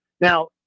Now